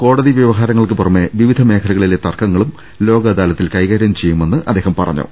കോടതി വ്യവ ഹാരങ്ങൾക്കുപുറമേ വിവിധ മേഖലകളിലെ തർക്കങ്ങളും ലോക് അദാ ലത്തിൽ കൈകാര്യം ചെയ്യുമെന്ന് അദ്ദേഹം പറഞ്ഞു